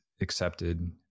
accepted